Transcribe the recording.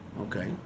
okay